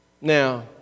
Now